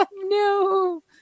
no